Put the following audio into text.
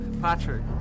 Patrick